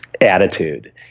attitude